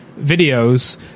videos